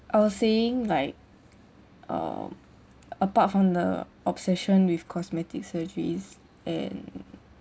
I was saying like uh apart from the obsession with cosmetic surgeries and